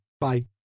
Bye